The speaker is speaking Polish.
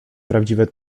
prawdziwe